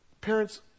parents